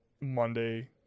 Monday